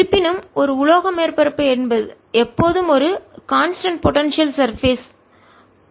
இருப்பினும் ஒரு உலோக மேற்பரப்பு எப்போதும் ஒரு கான்ஸ்டன்ட் போடன்சியல் சர்பேஸ் நிலையான மேற்பரப்பு